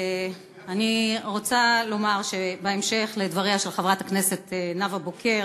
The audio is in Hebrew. אני רוצה לומר בהמשך לדבריה של חברת הכנסת נאוה בוקר,